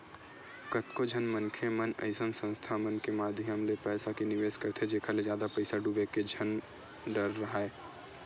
कतको झन मनखे मन अइसन संस्था मन के माधियम ले पइसा के निवेस करथे जेखर ले जादा पइसा डूबे के डर झन राहय